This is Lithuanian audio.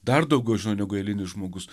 dar daugiau žino negu eilinis žmogus